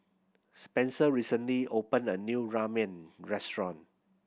Spencer recently opened a new Ramen Restaurant